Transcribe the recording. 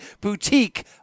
boutique